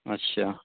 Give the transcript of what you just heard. ਅੱਛਾ